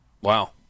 wow